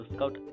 Scout